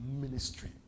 ministry